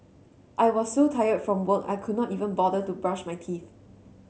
I was so tired from work I could not even bother to brush my teeth